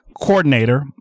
coordinator